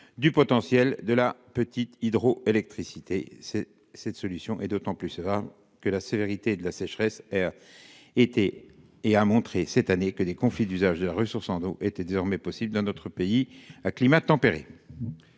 du potentiel de la petite hydroélectricité, c'est cette solution est d'autant plus que la sévérité de la sécheresse, était et a montré cette année que des conflits d'usage des ressources en eau était désormais possible dans notre pays à climat tempéré.